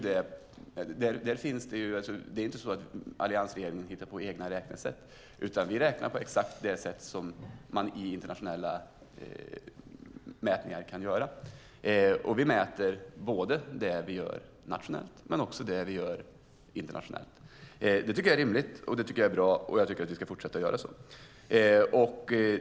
Det är inte så att alliansregeringen hittar på egna räknesätt, utan vi räknar på exakt det sätt som man gör i internationella mätningar. Vi mäter både det vi gör nationellt och det vi gör internationellt. Det tycker jag är rimligt och bra, och jag tycker att vi ska fortsätta göra det.